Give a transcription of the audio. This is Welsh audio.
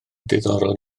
diddorol